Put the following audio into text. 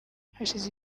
hashize